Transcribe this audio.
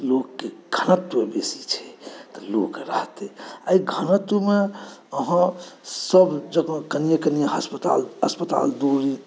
लोककेँ घनत्व बेसी छै तऽ लोक रहतै एहि घनत्वमे अहाँ सभ जगह कनिए कनिए अस्पताल दुरी